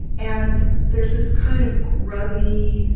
and there's this kind of grubby,